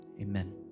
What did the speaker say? Amen